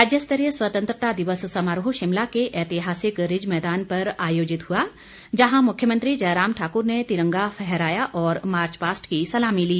राज्यस्तरीय स्वतंत्रता दिवस समारोह शिमला के ऐतिहासिक रिज मैदान पर आयोजित हुआ जहां मुख्यमंत्री जयराम ठाकुर ने तिरंगा फहराया और मार्च पास्ट की सलामी ली